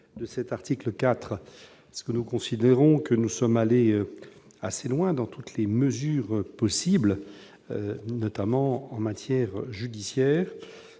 de l'article 4. Nous considérons que nous sommes allés assez loin dans toutes les mesures possibles, notamment en matière judiciaire